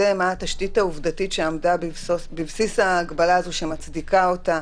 מה התשתית העובדתית שעמדה בבסיס ההגבלה הזאת שמצדיקה אותה.